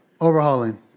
Overhauling